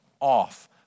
off